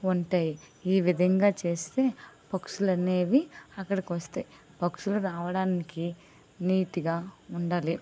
ఉంటాయి ఈ విధంగా చేస్తే పక్షులు అనేవి అక్కడికి వస్తాయి పక్షులు రావడానికి నీట్గా ఉండాలి